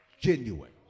genuine